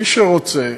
מי שרוצה,